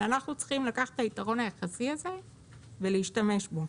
אנחנו צריכים לקחת את היתרון היחסי הזה ולהשתמש בו,